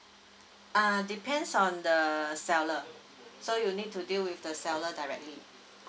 uh depends on the seller so you need to deal with the seller directly